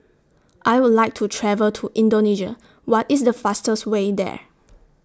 I Would like to travel to Indonesia What IS The fastest Way There